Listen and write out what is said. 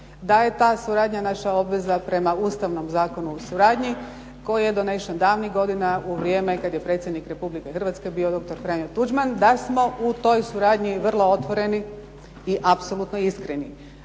da je ta suradnja naša obveza prema Ustavnom zakonu o suradnji koji je donesen davnih godina u vrijeme kad je predsjednik Republike Hrvatske bio doktor Franjo Tuđman, da smo u toj suradnji vrlo otvoreni i apsolutno iskreni.